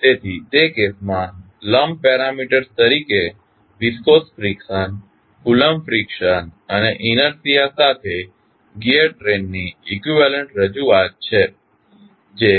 તેથી તે કેસમાં લમ્પ્ડ પેરામીટર્સ તરીકે વિસ્કોસ ફ્રીક્શન કુલંબ ફ્રીક્શન અને ઇનેર્શીઆ સાથે ગિઅર ટ્રેન ની ઇકવીવેલન્ટ રજૂઆત છે જે